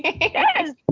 Yes